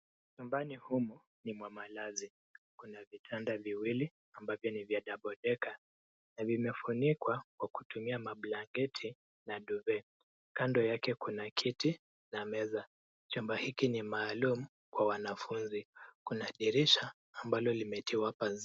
Chumbani humu ni mwa malazi. Kuna vitanda viwili ambavyo ni vya double decker na vimefunikwa kwa kutumia mablanketi na duvet . Kando yake kuna kiti na meza. Chumba hiki ni maalum kwa wanafunzi. Kuna dirisha ambalo limetiwa pazia.